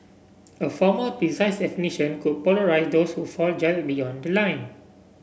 a formal precise definition could polarise those who fall just beyond the line